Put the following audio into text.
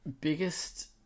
biggest